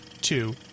two